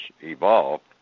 evolved